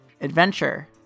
Adventure